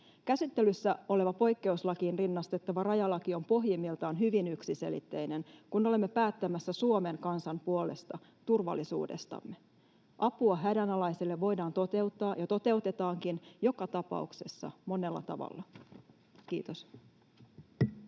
Käsittelyssä oleva poikkeuslakiin rinnastettava rajalaki on pohjimmiltaan hyvin yksiselitteinen, kun olemme päättämässä Suomen kansan puolesta turvallisuudestamme. Apua hädänalaisille voidaan toteuttaa ja toteutetaankin joka tapauksessa monella tavalla. — Kiitos.